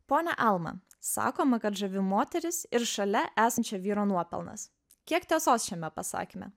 ponia alma sakoma kad žavi moteris ir šalia esančio vyro nuopelnas kiek tiesos šiame pasakyme